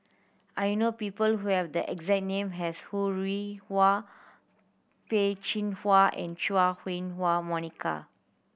I know people who have the exact name as Ho Rih Hwa Peh Chin Hua and Chua Huwa Monica